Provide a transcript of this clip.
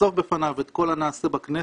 לחשוף בפניו את כל הנעשה בכנסת,